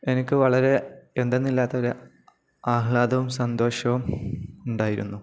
എനിക്കു വളരെ എന്തെന്നില്ലാത്തൊരു ആഹ്ളാദവും സന്തോഷവും ഉണ്ടായിരുന്നു